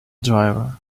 driver